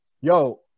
yo